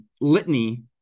litany